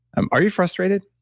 and are you frustrated,